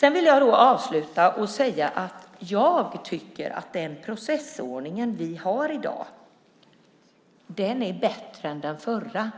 Jag vill avsluta med att säga att jag tycker att den processordning vi har i dag är bättre än den förra.